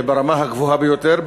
ברמה הגבוהה ביותר,